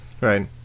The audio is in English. Right